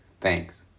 Thanks